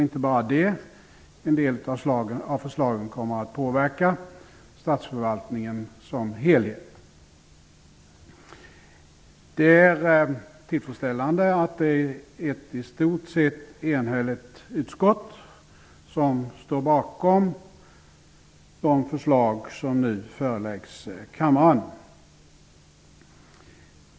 En del av förslagen kommer också att påverka statsförvaltningen som helhet. Det är tillfredsställande att det är ett i stort sett enhälligt utskott som står bakom de förslag som nu föreläggs kammaren.